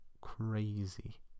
crazy